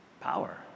power